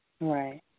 Right